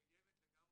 היא קיימת לגמרי.